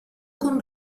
con